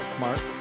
Mark